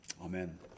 Amen